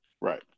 Right